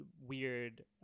weird